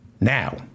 Now